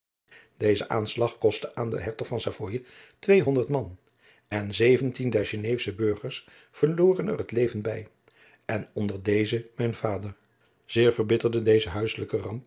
deze aanslag kostte aan den hertog van savoye twee honderd man en zeventien der geneefsche burgers verloren er het leven bij en onder deze mijn vader zeer verbitterde deze huisselijke ramp